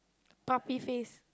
puppy face